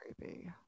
creepy